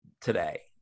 today